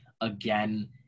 again